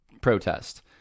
protest